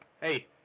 hey